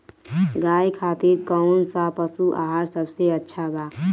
गाय खातिर कउन सा पशु आहार सबसे अच्छा बा?